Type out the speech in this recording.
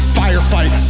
firefight